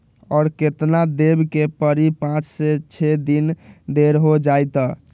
और केतना देब के परी पाँच से छे दिन देर हो जाई त?